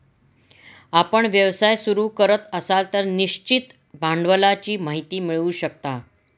आपण व्यवसाय सुरू करत असाल तर निश्चित भांडवलाची माहिती मिळवू शकता